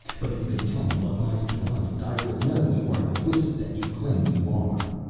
but if you can tell me what lies beyond it i will know you are the wizard that you claim you are.